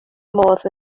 modd